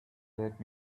let